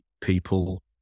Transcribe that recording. people